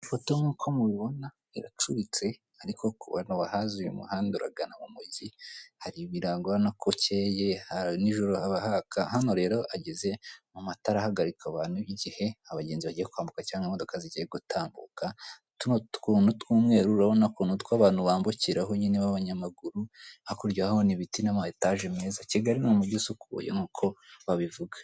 Ifoto nk'uko mubibona iracuritse ariko ku bantu bahazi uyu muhanda uragana mu mujyi , hari ibirango urabona ko ukeye, nijoro haba haka, hano rero ageze amatara ahagarika abantu igihe abagenzi bagiye kwambuka cyangwa imodoka zigiye gutambuka, tuno tunu tw'umweru urabona ko ni utw'abantu bambukiraho nyine b'abanyamaguru hakurya urahabona ibiti n'ama etage meza Kigali ni umujyi usukuye nkuko babivuga.